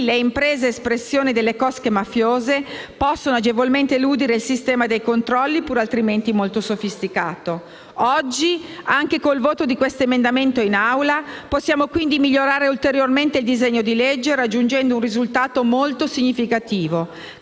le imprese espressione delle cosche mafiose possono agevolmente eludere il sistema dei controlli, pur altrimenti molto sofisticato. Oggi, anche con il voto di quest'emendamento in Aula, possiamo migliorare ulteriormente il disegno di legge, raggiungendo un risultato molto significativo.